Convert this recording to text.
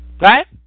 Right